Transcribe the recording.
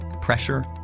Pressure